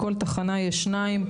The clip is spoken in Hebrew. בכל תחנה יש שניים,